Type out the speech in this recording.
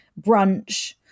brunch